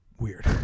weird